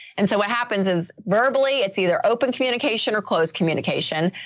and so what happens is verbally it's either open communication or closed communication.